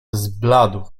zbladł